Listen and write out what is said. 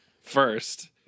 first